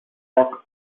rock